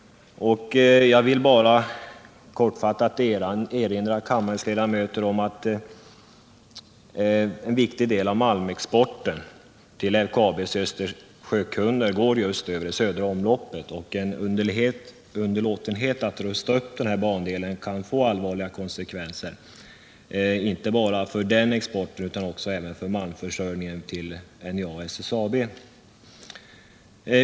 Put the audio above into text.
Jag vill bara kortfattat erinra kammarens ledamöter om att en viktig del av malmexporten till LKAB:s Östersjökunder går över just det södra omloppet, och underlåtenhet att rusta upp denna bandel kan få allvarliga konsekvenser inte bara för den exporten utan även för malmförsörjningen till NJA-SSAB.